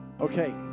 Okay